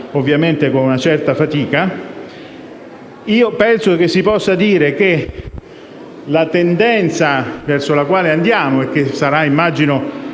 ovviamente con una certa fatica. Ebbene, penso che si possa dire che la tendenza verso la quale andiamo, che è confermata